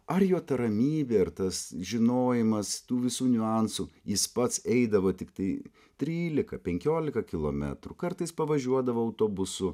ar jo ta ramybė ir tas žinojimas tų visų niuansų jis pats eidavo tiktai trylika penkiolika kilometrų kartais pavažiuodavo autobusu